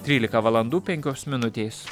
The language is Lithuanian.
trylika valandų penkios minutės